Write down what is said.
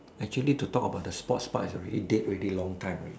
actually to talk about the sports part is already dead ready long time already